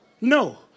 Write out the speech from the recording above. No